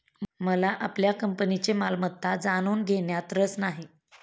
मला आपल्या कंपनीची मालमत्ता जाणून घेण्यात रस नाही